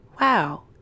wow